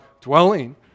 dwelling